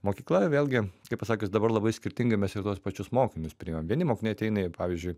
mokykla vėlgi kaip pasakius dabar labai skirtingai mes ir tuos pačius mokinius priimam vieni mokiniai ateina jie pavyzdžiui